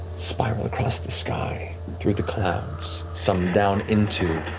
spiral across the sky, through the clouds, some down into,